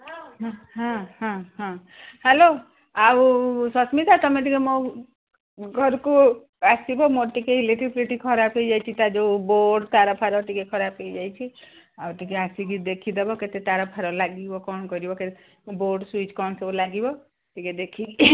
ହ ହଁ ହଁ ହଁ ହାଲୋ ଆଉ ସସ୍ମିତା ତୁମେ ଟିକେ ମୋ ଘରକୁ ଆସିବ ମୋର ଟିକେ ଇଲେକ୍ଟ୍ରି ଫିଲେକ୍ଟ୍ରି ଖରାପ ହେଇଯାଇଛି ତା'ର ଯେଉଁ ବୋର୍ଡ଼ ତାର ଫାର ଟିକେ ଖରାପ ହେଇଯାଇଛି ଆଉ ଟିକେ ଆସିକି ଦେଖିଦବ କେତେ ତାର ଫାର ଲାଗିବ କ'ଣ କରିବ ବୋର୍ଡ଼ ସୁଇଚ୍ କ'ଣ ସବୁ ଲାଗିବ ଟିକେ ଦେଖିକି